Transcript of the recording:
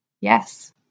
yes